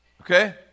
Okay